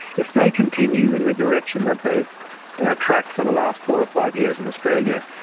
if they continue in the direction that they are tracked for the last four or five years in australia,